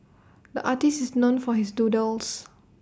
the artist is known for his doodles